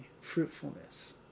fruitfulness